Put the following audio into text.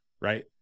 right